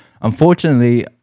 Unfortunately